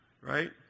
Right